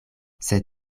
sed